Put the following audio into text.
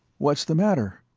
what's the matter?